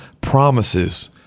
promises